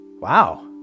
Wow